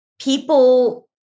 people